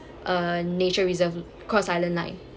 uh nature reserve cross island line